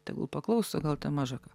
tegul paklauso gat te maža ką